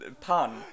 pun